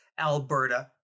Alberta